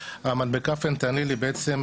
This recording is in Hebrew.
המדבקה פנטניל היא בעצם,